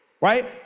right